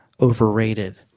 overrated